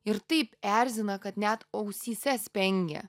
ir taip erzina kad net ausyse spengia